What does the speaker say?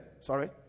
Sorry